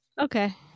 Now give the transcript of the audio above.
Okay